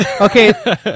Okay